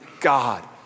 God